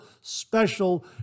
special